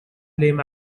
blame